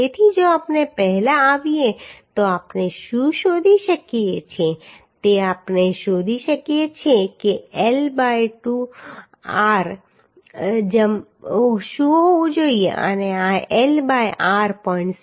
તેથી જો આપણે તે પહેલા આવીએ તો આપણે શું શોધી શકીએ છીએ તે આપણે શોધી શકીએ છીએ કે L બાય r શું હોવું જોઈએ અને આ L બાય r 0